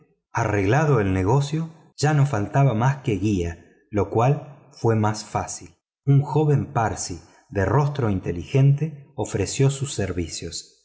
arreglado el negocio ya no faltaba más que guía lo cual fue más fácil un joven parsi de rostro inteligente ofreció sus servicios